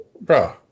bro